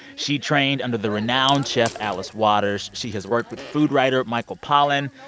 she trained under the renowned chef alice waters. she has worked with food writer michael pollan.